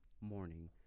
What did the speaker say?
morning